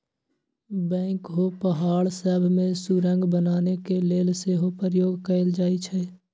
backhoe पहाड़ सभ में सुरंग बनाने के लेल सेहो प्रयोग कएल जाइ छइ